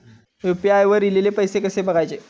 UPI वर ईलेले पैसे कसे बघायचे?